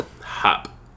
Hop